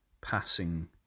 passing